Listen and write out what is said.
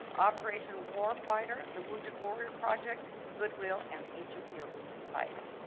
operation war fighter, the wounded warrior project, goodwill and the easter seals society.